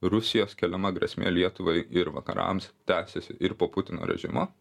rusijos keliama grėsmė lietuvai ir vakarams tęsiasi ir po putino režimo